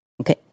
Okay